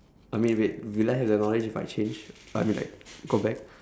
I mean wait will I have that knowledge if I change I mean like go back